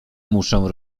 muszę